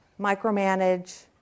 micromanage